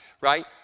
right